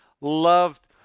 loved